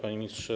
Panie Ministrze!